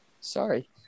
Sorry